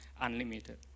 unlimited